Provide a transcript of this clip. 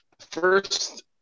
First